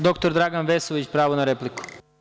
Doktor Dragan Vesović, pravo na repliku.